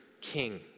king